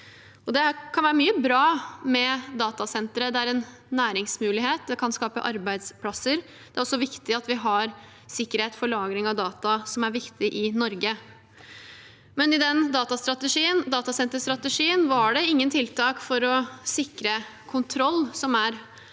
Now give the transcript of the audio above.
Det kan være mye bra med datasenteret: Det er en næringsmulighet, det kan skape arbeidsplasser, og det er også viktig at vi har sikkerhet for lagring av data som er viktig, i Norge. I datasenterstrategien var det ingen tiltak som er gode nok for å sikre